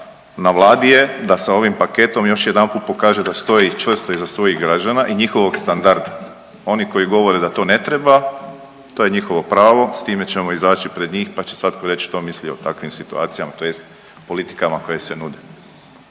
na Vladi je da sa ovim paketom još jedanput pokaže da stoji čvrsto iza svojih građana i njihovog standarda. Oni koji govore da to ne treba to je njihovo pravo. S time ćemo izaći pred njih pa će svatko reći što misli o takvim situacijama tj. politikama koje se nude.